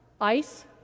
ice